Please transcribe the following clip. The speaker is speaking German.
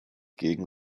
gegen